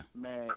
Man